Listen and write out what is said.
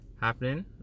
happening